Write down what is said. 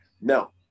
No